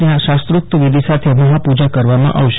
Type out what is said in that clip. ત્યાં શાસ્ત્રોક્ત વિધિ સાથે મહાપૂજા કરવામાં આવશે